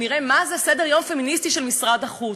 נראה מה זה סדר-יום פמיניסטי של משרד החוץ.